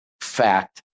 fact